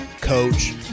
Coach